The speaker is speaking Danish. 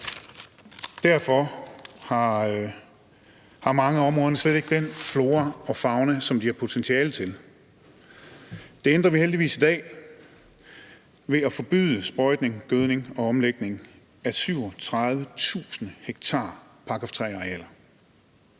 derfor har mange af områderne slet ikke den flora og fauna, som de har potentiale til. Det ændrer vi heldigvis i dag ved at forbyde sprøjtning, gødning og omlægning af 37.000 ha § 3-arealer.